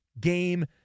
Game